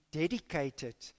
dedicated